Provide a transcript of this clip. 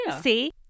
See